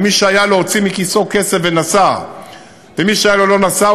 ומי שהיה לו הוציא מכיסו כסף ונסע ומי שלא היה לו לא נסע,